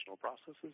processes